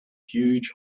huge